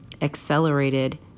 accelerated